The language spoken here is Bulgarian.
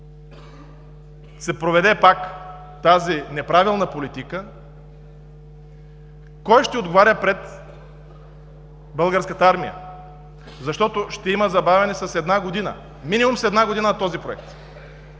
се проведе тази неправилна политика, кой ще отговаря пред Българската армия, защото ще има забавяне с една година, минимум с една година на този проект?